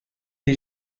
des